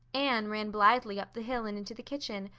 anne ran blithely up the hill and into the kitchen,